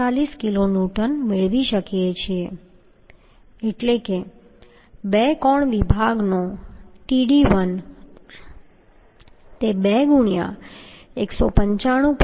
43 kilonewton મેળવી શકીએ છીએ એટલે કે 2 કોણ વિભાગનો Tdb1 તે 2 ગુણ્યાં 195